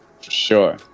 sure